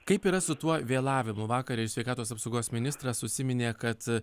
kaip yra su tuo vėlavimu vakar sveikatos apsaugos ministras užsiminė kad